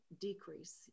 decrease